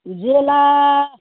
ज्याला